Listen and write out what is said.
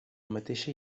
mateixa